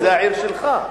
כי זו העיר שלך.